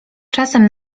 czasem